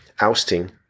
ousting